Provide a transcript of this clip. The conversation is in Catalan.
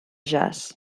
jazz